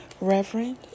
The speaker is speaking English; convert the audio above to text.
reverend